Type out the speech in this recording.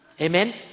Amen